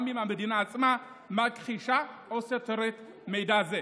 גם אם המדינה עצמה מכחישה או סותרת מידע זה,